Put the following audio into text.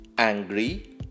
angry